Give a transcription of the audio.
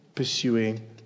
Pursuing